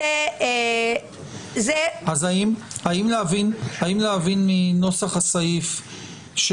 האם להבין מנוסח הסעיף,